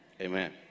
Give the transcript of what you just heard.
Amen